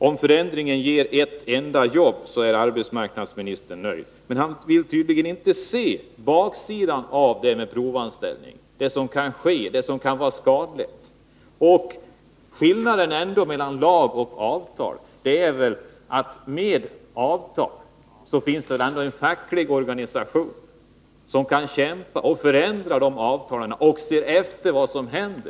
Om förändringen ger ett enda jobb är arbetsmarknadsministern nöjd. Men han vill tydligen inte se baksidan av detta med provanställning — vad som kan ske, vad som kan vara skadligt. Skillnaden mellan lag och avtal är väl att när det är fråga om avtal finns det en facklig organisation som kan kämpa och förändra avtalet och se efter vad som händer.